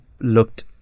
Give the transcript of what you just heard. looked